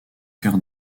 chœur